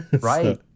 right